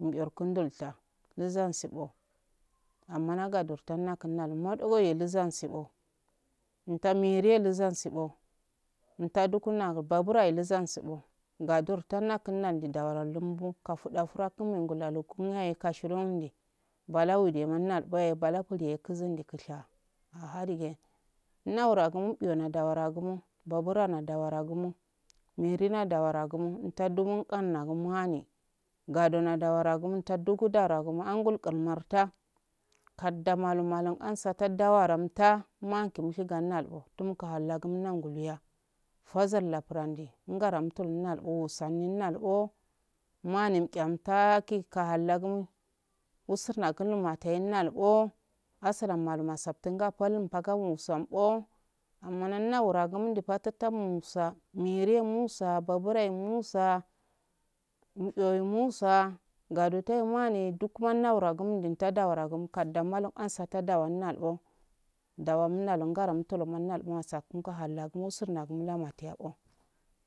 Mbiyo landol ta ulzansi bo amma ga nugadorka da kunalu madogo he kunzal sibo mtal mera kunzal sibo mta dukunnaa babura e luzansibo ngadur tanna kunnulndi ndawal lumbu kafuda fura kum wango lakumahe yashindindi bala wudi yan nalsawode bala buliye kuzindi kushe aha dige nawiragu mujawara gumo ntadumu ganagi muhane gandomo dawara gumunto dugu dara gumo angul gal morta kadda malun malun ausata dawaramta makin shigi gannaibo tuma hallagumo ummalgo ya fasal laprandi ngara umtoumnalbo wusa ni umnd bo mahani meha mtaki kahal laguma usar nakul matayil nalbo asaran malum masaftin gu apalu magalu musam bo amma nunna wuragumn watatap musa mere musababuryahe musa mchoye musa gadotahe mane duk manna wura gumdi tadda wuragi mkaddan malu ansa tadu wannalbo dawa umnalungara umto lo gumnal masaftin ko hallagumo sur nagum lamate go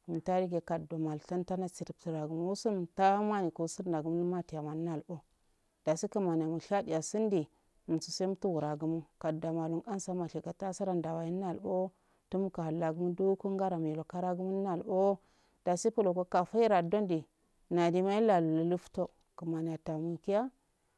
mtadige kaldo maltan tana sidubtra dugo usumta maingo surnagim tanibogi manilbo dasi kumani hamo shadiya sindi umsi sen tumura gumo kadda malum ansa mashi gasara andare malbo tumu hallagum do kun garamero kadagu mum nalbo dasi blofoka faida donde nadema yella luufto kumani yatumo kiya.